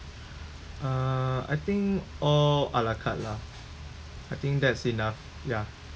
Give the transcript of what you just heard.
uh I think all a la carte lah I think that's enough ya